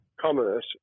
commerce